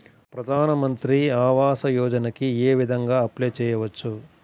ప్రధాన మంత్రి ఆవాసయోజనకి ఏ విధంగా అప్లే చెయ్యవచ్చు?